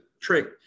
trick